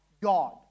God